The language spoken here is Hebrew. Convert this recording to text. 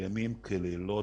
לילות כימים.